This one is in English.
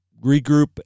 regroup